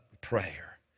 prayer